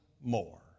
more